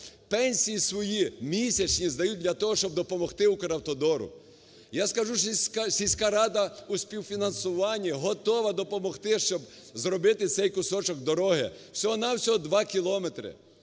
пенсії свої місячні, здають для того, щоб допомогти "Укравтодору". Я скажу, сільська рада у співфінансуванні готова допомогти, щоб зробити цей кусочок дороги, всього-на-всього 2 кілометри.